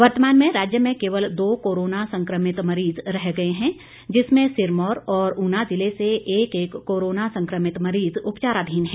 वर्तमान में राज्य में केवल दो कोरोना संक्रमित मरीज रह गए हैं जिसमें सिरमौर और ऊना ज़िला से एक एक कोरोना संक्रमित मरीज उपचाराधीन हैं